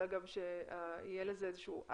אלא גם שתהיה לזה תוצאה.